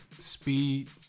speed